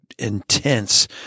intense